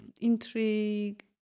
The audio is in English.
intrigue